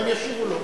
הם ישיבו לו.